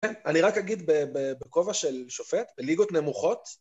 אני רק אגיד בכובע של שופט, בליגות נמוכות.